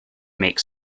make